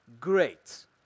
great